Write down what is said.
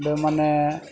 ᱚᱸᱰᱮ ᱢᱟᱱᱮ